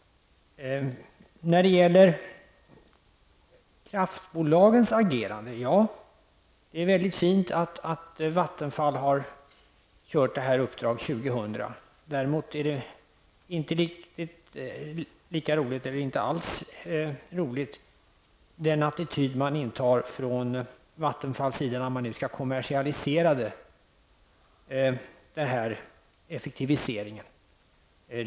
När det gäller kraftbolagens agerande är det mycket bra att Vattenfall har startat projektet Uppdrag 2000. Men det är inte lika roligt med den attityd till effektivisering som Vattenfall intar när verket nu skall kommersialieras.